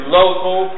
local